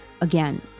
Again